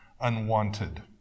unwanted